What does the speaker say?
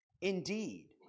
Indeed